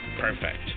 perfect